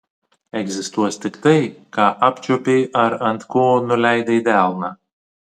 egzistuos tik tai ką apčiuopei ar ant ko nuleidai delną